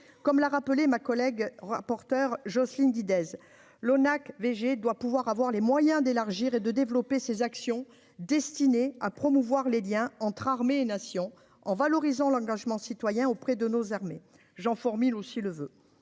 comme l'a rappelé ma collègue rapporteure Jocelyne 10 Days l'ONAC VG doit pouvoir avoir les moyens d'élargir et de développer ces actions destinées à promouvoir les Liens entre armée Nation en valorisant l'engagement citoyen auprès de nos armées, Jean Faure mille aussi le veut